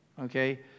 okay